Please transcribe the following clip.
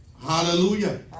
Hallelujah